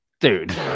Dude